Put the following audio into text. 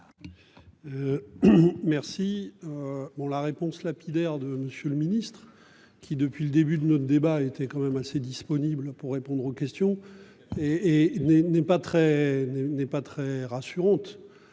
Merci. Bon, la réponse lapidaire de Monsieur le Ministre, qui depuis le début de notre débat était quand même assez disponible pour répondre aux questions et n'est n'est pas très